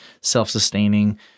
self-sustaining